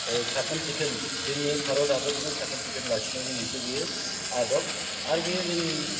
साखोन सिखोन जोङो भारत हादरखौनो साखोन सिखोन लाखिनायनि मोनसे बियो आदब आरो बेयो जोंनि